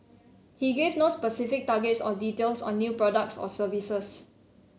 he gave no specific targets or details on new products or services